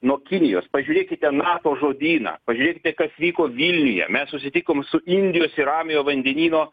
nuo kinijos pažiūrėkite nato žodyną pažiūrėkite kas vyko vilniuje mes susitikom su indijos ir ramiojo vandenyno